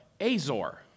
Azor